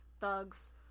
thugs